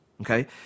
okay